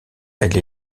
elle